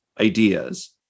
ideas